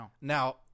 Now